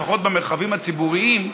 לפחות במרחבים הציבוריים,